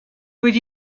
would